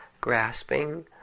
grasping